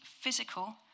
physical